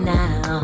now